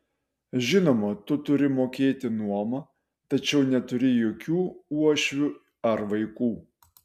žinoma tu turi mokėti nuomą tačiau neturi jokių uošvių ar vaikų